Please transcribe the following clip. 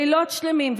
לילות שלמים,